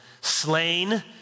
Slain